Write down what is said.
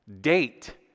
Date